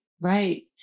right